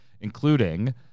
including